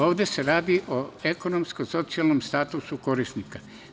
Ovde se radi o ekonomsko-socijalnom statusu korisnika.